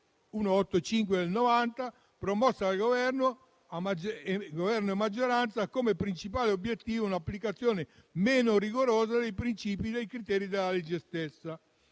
1990, promossa da Governo e maggioranza, ha come principale obiettivo un'applicazione meno rigorosa dei princìpi e dei criteri della legge stessa.